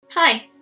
Hi